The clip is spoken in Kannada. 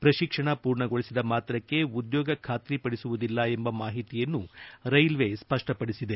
ಪ್ರಶಿಕ್ಷಣ ಪೂರ್ಣಗೊಳಿಸಿದ ಮಾತ್ರಕ್ಕೆ ಉದ್ಯೋಗ ಖಾತ್ರಿ ಪಡಿಸುವುದಿಲ್ಲ ಎಂಬ ಮಾಹಿತಿಯನ್ನು ರೈಲ್ವೆ ಸ್ಪಪ್ಪಪಡಿಸಿದೆ